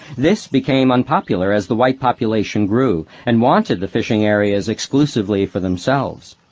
this became unpopular as the white population grew and wanted the fishing areas exclusively for themselves.